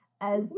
as-